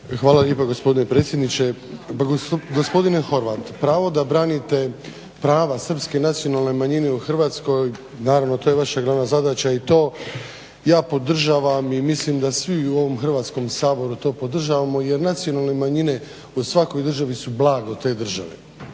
Hvala lijepa gospodine predsjedniče. Pa gospodine Horvat, pravo da branite prava Srpske nacionalne manjine u Hrvatskoj naravno to je vaša glavna zadaća u to ja podržavam. I mislim da svi u ovom Hrvatskom saboru podržavamo, jer nacionalne manjine u svakoj državi su blago te države.